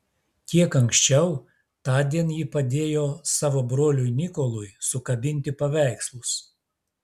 kiek anksčiau tądien ji padėjo savo broliui nikolui sukabinti paveikslus